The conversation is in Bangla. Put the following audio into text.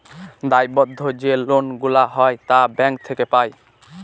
দায়বদ্ধ যে লোন গুলা হয় তা ব্যাঙ্ক থেকে পাই